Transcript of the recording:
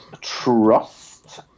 trust